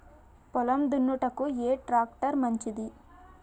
పొలం దున్నుటకు ఏ ట్రాక్టర్ మంచిది?